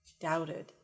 doubted